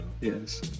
Yes